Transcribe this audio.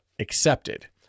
Accepted